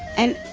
and,